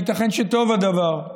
ייתכן שטוב הדבר.